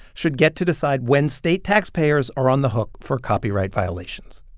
should get to decide when state taxpayers are on the hook for copyright violations.